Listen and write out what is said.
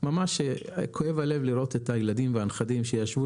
ממש כואב הלב לראות את הילדים ואת הנכדים שישבו